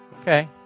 Okay